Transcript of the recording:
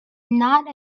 not